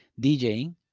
DJing